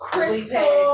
Crystal